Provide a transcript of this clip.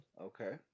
Okay